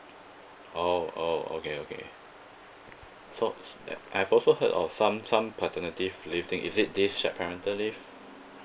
oh oh okay okay so I've also heard of some some paternity leave thing is it this shared parental leave